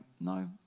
no